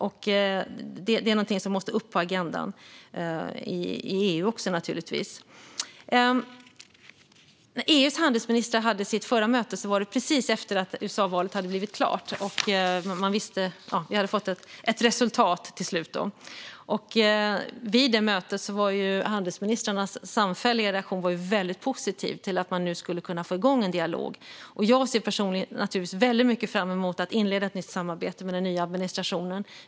Detta är något som måste upp på agendan i EU också, naturligtvis. När EU:s handelsministrar hade sitt förra möte var det precis efter att USA-valet hade blivit klart och vi hade fått ett resultat till slut. Vid det mötet var handelsministrarnas samfälliga reaktion till att man nu skulle kunna få igång en dialog väldigt positiv. Jag ser personligen väldigt mycket fram emot att inleda ett nytt samarbete med den nya administrationen.